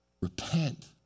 Repent